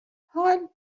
حال